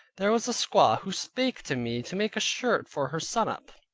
there was a squaw who spake to me to make a shirt for her sannup,